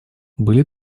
были